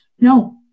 no